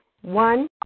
One